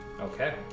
Okay